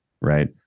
Right